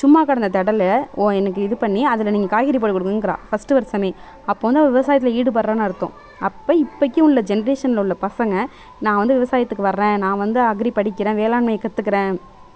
சும்மா கிடந்த திடலு இன்னிக்கி இது பண்ணி அதில் நீங்கள் காய்கறி போட்டுக் கொடுங்கங்குறா ஃபர்ஸ்ட்டு வருடமே அப்போ வந்து அவள் விவசாயத்தில் ஈடுபடுறான்னு அர்த்தம் அப்போ இப்போக்கும் உள்ள ஜென்ரேஷனில் உள்ள பசங்க நான் வந்து விவசாயத்துக்கு வரேன் நான் வந்து அக்ரி படிக்கிறேன் வேளாண்மை கற்றுக்குறேன்